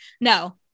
no